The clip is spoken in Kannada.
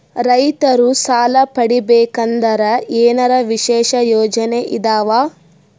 ರೈತರು ಸಾಲ ಪಡಿಬೇಕಂದರ ಏನರ ವಿಶೇಷ ಯೋಜನೆ ಇದಾವ?